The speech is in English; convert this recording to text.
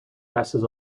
masses